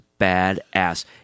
badass